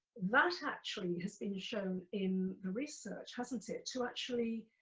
that actually has been shown in the research, hasn't it? to actually